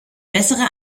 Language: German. bessere